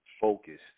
focused